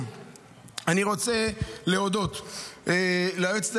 צריך לראות איך זה מתקדם.